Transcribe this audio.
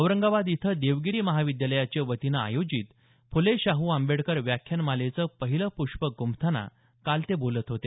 औरंगाबाद इथं देवगिरी महाविद्यालयाच्या वतीनं आयोजित फुले शाह आंबेडकर व्याख्यानमालेचं पहिलं पृष्प ग्रंफतांना काल ते बोलत होते